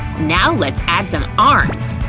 now let's add some arms!